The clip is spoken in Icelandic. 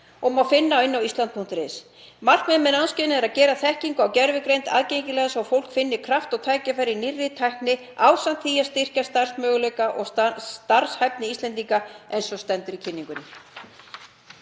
og má finna inni á Ísland.is. Markmiðið með námskeiðinu er að gera þekkingu á gervigreind aðgengilega svo fólk finni kraft og tækifæri í nýrri tækni ásamt því að styrkja starfsmöguleika og starfshæfni Íslendinga, eins og stendur í kynningunni.